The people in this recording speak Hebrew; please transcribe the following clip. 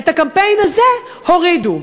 את הקמפיין הזה הורידו,